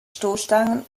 stoßstangen